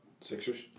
Sixers